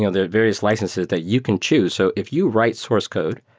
the various licenses that you can choose. so if you write source code,